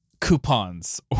coupons